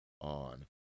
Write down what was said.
on